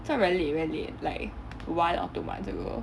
this one very late very late like one or two months ago